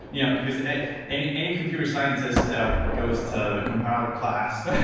yeah because any any computer scientist that goes to the compiler class,